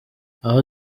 aho